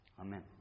Amen